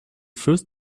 first